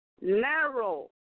narrow